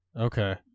Okay